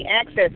access